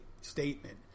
statement